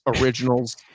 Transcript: originals